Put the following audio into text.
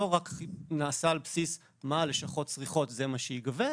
נעשה רק על בסיס מה שהלשכות צריכות וזה מה שייגבה,